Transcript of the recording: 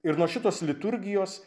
ir nuo šitos liturgijos